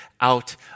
out